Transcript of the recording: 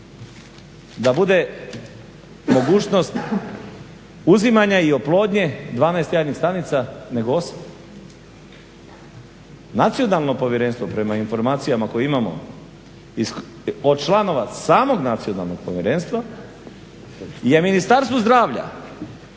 da bude mogućnost uzimanja i oplodnje 12 jajnih stanica nego 8? Nacionalno povjerenstvo, prema informacijama koje imamo od članova samog Nacionalnog povjerenstva je Ministarstvu zdravlja